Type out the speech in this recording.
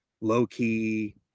low-key